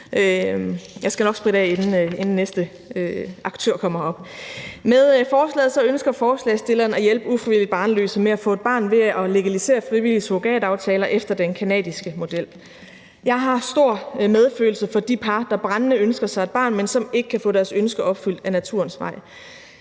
Jeg skal nok spritte af, inden den næste aktør kommer op. Med forslaget ønsker forslagsstilleren at hjælpe ufrivilligt barnløse med at få et barn ved at legalisere frivillige surrogataftaler efter den canadiske model. Jeg har stor medfølelse med de par, der brændende ønsker sig et barn, men som ikke kan få deres ønske opfyldt ad naturens vej.